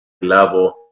level